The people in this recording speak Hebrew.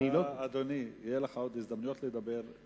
אדוני, יהיו לך עוד הזדמנויות לדבר.